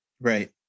Right